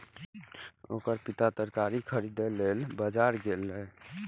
ओकर पिता तरकारी खरीदै लेल बाजार गेलैए